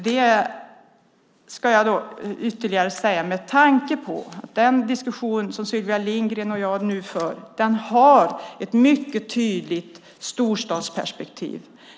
Den diskussion som Sylvia Lindgren och jag för har ett mycket tydligt storstadsperspektiv.